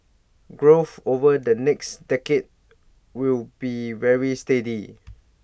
growth over the next decade will be very steady